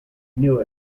knew